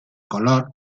color